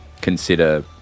consider